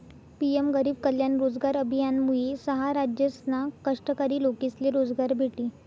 PM गरीब कल्याण रोजगार अभियानमुये सहा राज्यसना कष्टकरी लोकेसले रोजगार भेटी